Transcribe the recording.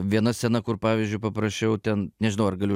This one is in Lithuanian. viena scena kur pavyzdžiui paprašiau ten nežinau ar galiu